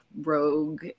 rogue